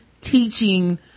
teaching